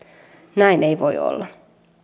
näin ei voi olla